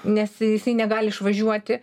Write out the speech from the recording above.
nes jisai negali išvažiuoti